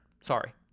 Sorry